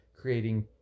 creating